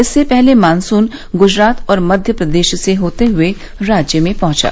इससे पहले मानसून गुजरात और मध्य प्रदेश से होते हुए राज्य में पहुंचा